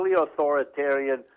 authoritarian